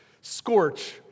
scorch